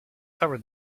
cover